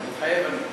מתחייב אני